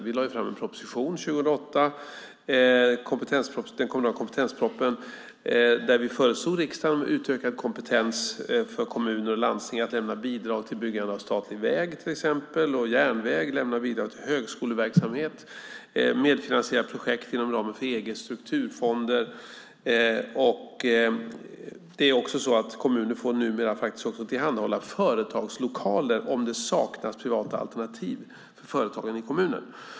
Vi lade fram en proposition 2008, den kommunala kompetenspropositionen, där vi föreslog riksdagen utökad kompetens för kommuner och landsting att lämna bidrag till byggande av statlig väg och järnväg, lämna bidrag till högskoleverksamhet och medfinansiera projekt inom ramen för EG:s strukturfonder. Kommuner får numera också tillhandahålla företagslokaler om det saknas privata alternativ för företag i kommunen.